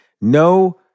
No